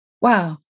Wow